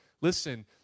listen